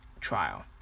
trial